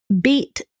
beat